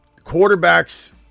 Quarterbacks